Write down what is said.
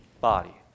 body